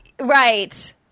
right